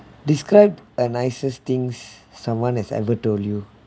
described a nicest things someone has ever told you